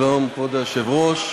שלום, כבוד היושב-ראש,